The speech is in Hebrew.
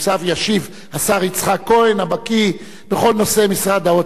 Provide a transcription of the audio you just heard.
ישיב השר יצחק כהן הבקי בכל נושא משרד האוצר,